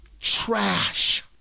trash